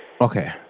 Okay